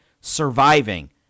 surviving